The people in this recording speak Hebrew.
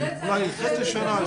חצי שנה,